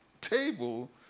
table